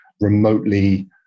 remotely